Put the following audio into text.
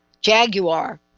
Jaguar